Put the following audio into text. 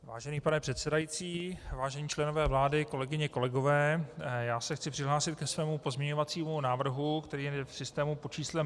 Vážený pane předsedající, vážení členové vlády, kolegyně, kolegové, já se chci přihlásit ke svému pozměňovacímu návrhu, který je v systému pod číslem 5132.